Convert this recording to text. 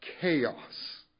chaos